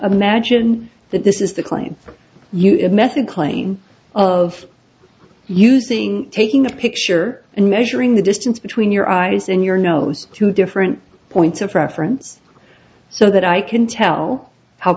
a magine that this is the claim you have method claim of using taking a picture and measuring the distance between your eyes and your nose two different points of reference so that i can tell how